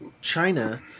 China